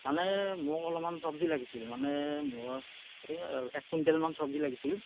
মানে মোক অলপমান চবজি লাগিছিল মানে মোৰ এই এক কুইণ্টলমান চবজি লাগিছিল